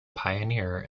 pioneer